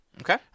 okay